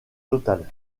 total